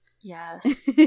Yes